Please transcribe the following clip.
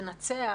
לנצח,